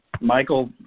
Michael